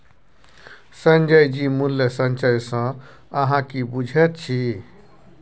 संजय जी मूल्य संचय सँ अहाँ की बुझैत छी?